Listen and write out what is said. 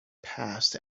passed